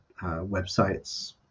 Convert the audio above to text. websites